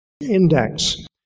Index